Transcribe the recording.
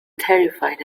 terrified